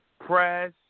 Press